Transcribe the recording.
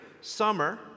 summer